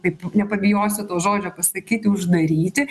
kaip nepabijosiu to žodžio pasakyti uždaryti